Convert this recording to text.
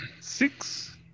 Six